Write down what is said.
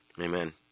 Amen